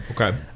Okay